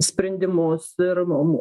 sprendimus ir nu